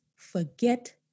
Forget